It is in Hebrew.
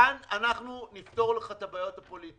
כאן אנחנו נפתור לך את הבעיות הפוליטיות.